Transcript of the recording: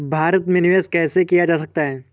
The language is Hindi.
भारत में निवेश कैसे किया जा सकता है?